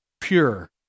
pure